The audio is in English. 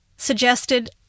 suggested